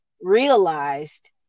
realized